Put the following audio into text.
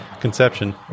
conception